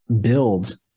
build